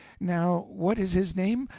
now, what is his name?